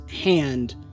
hand